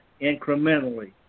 incrementally